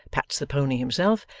pats the pony himself,